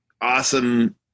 awesome